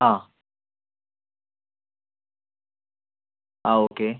ആ ആ ഓക്കെ